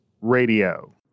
Radio